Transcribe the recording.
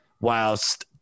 whilst